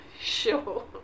Sure